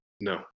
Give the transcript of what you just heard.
no